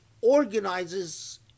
organizes